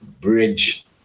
bridge